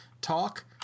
talk